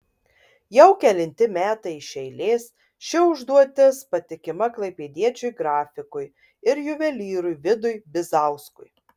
jau kelinti metai iš eilės ši užduotis patikima klaipėdiečiui grafikui ir juvelyrui vidui bizauskui